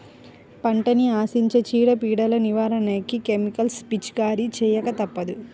పంటని ఆశించే చీడ, పీడలను నివారించడానికి కెమికల్స్ పిచికారీ చేయక తప్పదు